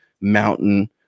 Mountain